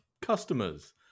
customers